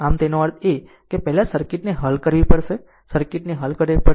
આમ તેનો અર્થ એ કે પહેલા આ સર્કિટને હલ કરવી પડશે આ સર્કિટને હલ કરવી પડશે